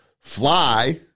fly